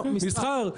מסחר.